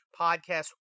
podcast